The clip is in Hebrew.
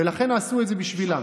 ולכן עשו את זה בשבילם.